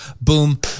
Boom